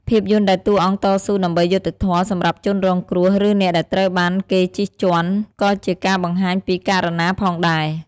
ភាពយន្តដែលតួអង្គតស៊ូដើម្បីយុត្តិធម៌សម្រាប់ជនរងគ្រោះ ឬអ្នកដែលត្រូវបានគេជិះជាន់ ក៏ជាការបង្ហាញពីករុណាផងដែរ។